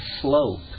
slope